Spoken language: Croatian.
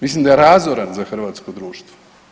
Mislim da je razoran za hrvatsko društvo.